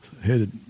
headed